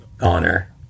honor